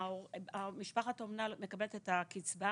משפחת אומנה מקבלת את הקצבה